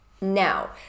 Now